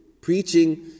preaching